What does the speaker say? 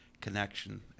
connection